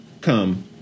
come